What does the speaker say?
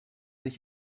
ich